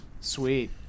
Sweet